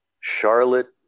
Charlotte